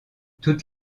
toutes